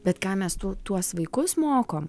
bet ką mes tu tuos vaikus mokom